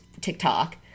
TikTok